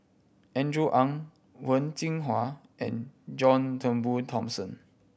Andrew Ang Wen Jinhua and John Turnbull Thomson